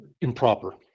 improper